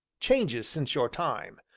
changes since your time,